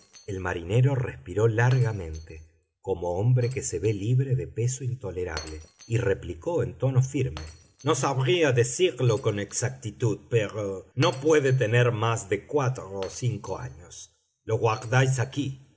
el marinero respiró largamente como hombre que se ve libre de peso intolerable y replicó en tono firme no sabría decirlo con exactitud pero no puede tener más de cuatro o cinco años lo guardáis aquí